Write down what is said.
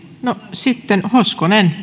sitten